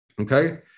Okay